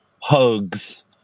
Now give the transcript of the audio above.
hugs